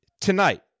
Tonight